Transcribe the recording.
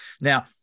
Now